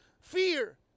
fear